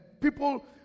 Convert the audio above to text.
people